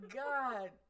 god